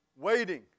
waiting